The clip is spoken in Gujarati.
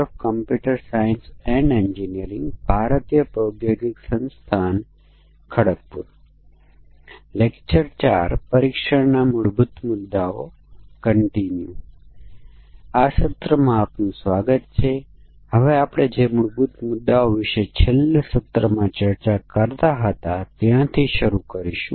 અત્યાર સુધી આપણે પરીક્ષણ વિશેના કેટલાક મૂળભૂત મુદ્દાઓ પર ધ્યાન આપ્યું હતું અને પછી આપણે બ્લેક બોક્સ પરીક્ષણ તકનીકીઓ તરફ ધ્યાન આપવાનું શરૂ કર્યું